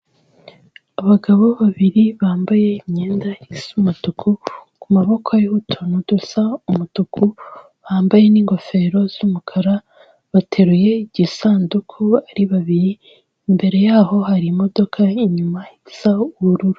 Abagabo babiri bambaye imyenda isa umutuku ku maboko hariho utuntu dusa umutuku, bambaye n'ingofero z'umukara, bateruye igisanduku ari babiri, imbere yaho hari imodoka inyuma isa ubururu.